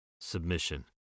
submission